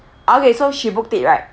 okay so she booked it right